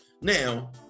now